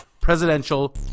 presidential